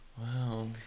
Wow